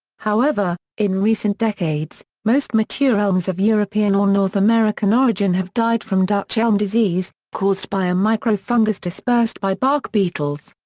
however, in recent decades, most mature elms of european or north american origin have died from dutch elm disease, caused by a microfungus dispersed by bark beetles.